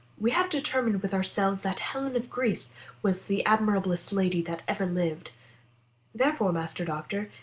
we have determined with ourselves that helen of greece was the admirablest lady that ever lived therefore, master doctor,